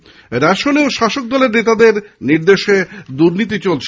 পাশাপাশি রেশনেও শাসকদলের নেতাদের নির্দেশে দুর্নীতি চলছে